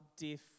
death